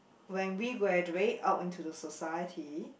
when we graduate out into the society